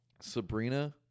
Sabrina